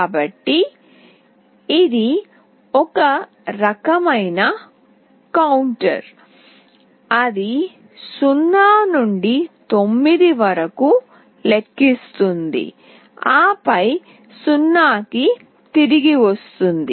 కాబట్టి ఇది ఒక రకమైన కౌంటర్ అది 0 నుండి 9 వరకు లెక్కిస్తుంది ఆపై 0 కి తిరిగి వస్తుంది